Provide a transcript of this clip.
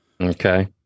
Okay